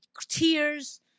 tears